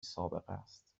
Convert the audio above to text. سابقست